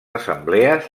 assemblees